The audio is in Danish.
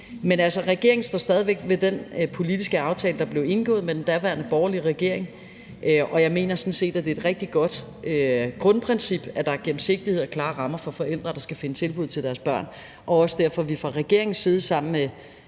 Men regeringen står altså stadig væk ved den politiske aftale, der blev indgået med den daværende borgerlige regering – jeg mener sådan set, at det er et rigtig godt grundprincip, at der er gennemsigtighed og klare rammer for forældre, der skal finde tilbud til deres børn – og derfor har vi også fra regeringens side sammen med